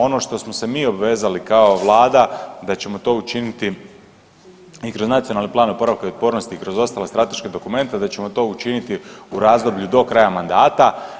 Ono što smo se mi obvezali kao Vlada da ćemo to učiniti i kroz nacionalni plan oporavka i otpornosti i kroz ostale strateške dokumente, da ćemo to učiniti u razdoblju do kraja mandata.